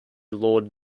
lord